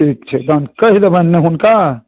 ठीक छै तहन कहि देबनि ने हुनका